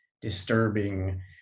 disturbing